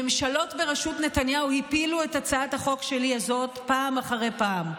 ממשלות בראשות נתניהו הפילו את הצעת החוק הזאת שלי פעם אחרי פעם.